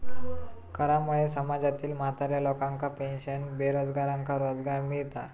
करामुळे समाजातील म्हाताऱ्या लोकांका पेन्शन, बेरोजगारांका रोजगार मिळता